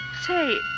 Say